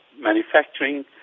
manufacturing